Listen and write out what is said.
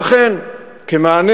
לכן כמענה